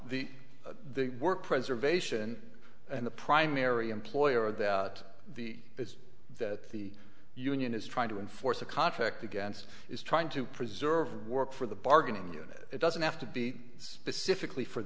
the work preservation and the primary employer that is that the union is trying to enforce a contract against is trying to preserve work for the bargaining unit it doesn't have to be specifically for